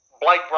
Blake